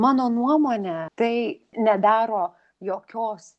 mano nuomone tai nedaro jokios